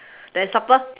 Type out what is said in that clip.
then supper